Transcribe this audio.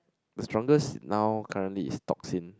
the strongest now currently is toxin